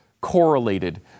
correlated